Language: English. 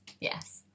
Yes